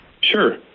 sure